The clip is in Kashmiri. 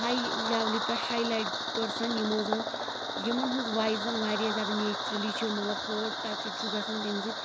ہاے لیٚولہِ پٮ۪ٹھ ہاے لایٹ پٔرسَن یِمَو زَنہٕ یِمَن ہٕنٛز وایِس زَنہٕ واریاہ زیادٕ نٮ۪چرَلی چھُ مطلب ہٲٹ ٹَچِٹ چھُ گژھان تٔمۍ سۭتۍ